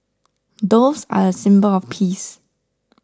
doves are a symbol of peace